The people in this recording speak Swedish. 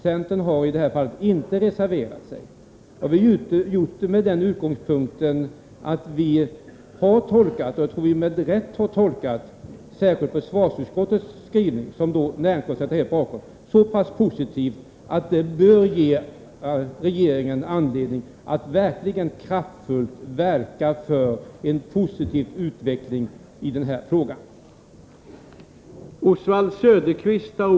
Centern har i det här fallet inte reserverat sig, och utgångspunkten är att vi har tolkat — och jag tror att vi har gjort det med rätta — försvarsutskottets skrivning, som näringsut skottet ställt sig bakom, som så positiv att den bör ge regeringen anledning att kraftfullt verka för att det sker en utveckling av etanoltillverkningen.